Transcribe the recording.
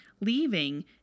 leaving